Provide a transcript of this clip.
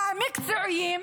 המקצועיים,